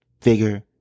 Figure